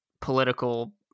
political